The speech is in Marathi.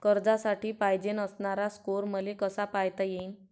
कर्जासाठी पायजेन असणारा स्कोर मले कसा पायता येईन?